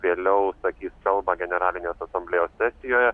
vėliau sakys kalbą generalinės asamblėjos sesijoje